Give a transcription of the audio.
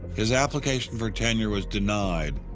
his application for tenure was denied,